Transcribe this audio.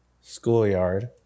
schoolyard